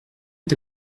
est